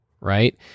Right